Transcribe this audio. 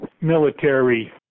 military